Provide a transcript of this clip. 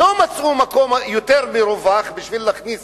לא מצאו מקום יותר מרווח בשביל להכניס